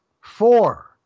Four